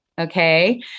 Okay